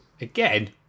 Again